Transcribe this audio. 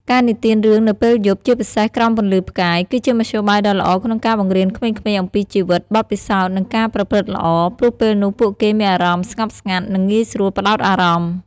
ការនិទានរឿងនៅពេលយប់ ជាពិសេសក្រោមពន្លឺផ្កាយ គឺជាមធ្យោបាយដ៏ល្អក្នុងការបង្រៀនក្មេងៗអំពីជីវិត បទពិសោធន៍ និងការប្រព្រឹត្តល្អ ព្រោះពេលនោះពួកគេមានអារម្មណ៍ស្ងប់ស្ងាត់ និងងាយស្រួលផ្ដោតអារម្មណ៍ ។